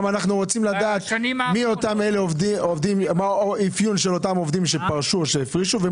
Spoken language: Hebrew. אנחנו גם רוצים לדעת את האפיון של אותם עובדים שפרשו או שהפרישו,